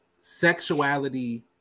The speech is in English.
sexuality